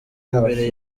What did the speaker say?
imbere